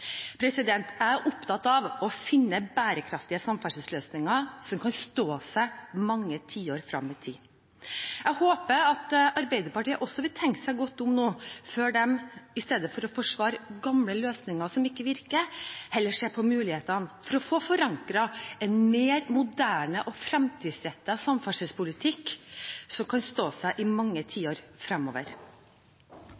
Jeg er opptatt av å finne bærekraftige samferdselsløsninger som kan stå seg i mange tiår frem i tid. Jeg håper at Arbeiderpartiet også vil tenke seg godt om før de i stedet for å forsvare gamle løsninger som ikke virker, heller ser på mulighetene for å få forankret en mer moderne og fremtidsrettet samferdselspolitikk som kan stå seg i mange